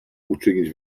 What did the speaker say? uczynić